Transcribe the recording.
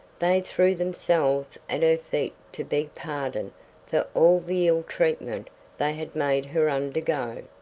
they threw themselves at her feet to beg pardon for all the ill-treatment they had made her undergo.